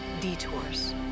detours